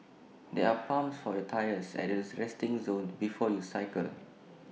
there are pumps for your tyres at this resting zone before you cycle